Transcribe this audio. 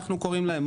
אנחנו קוראים להם,